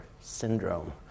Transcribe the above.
syndrome